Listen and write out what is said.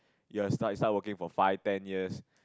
you are start you start working for five ten years